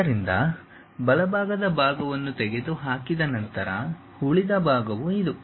ಆದ್ದರಿಂದ ಬಲಭಾಗದ ಭಾಗವನ್ನು ತೆಗೆದುಹಾಕಿದ ನಂತರ ಉಳಿದ ಭಾಗವು ಇದು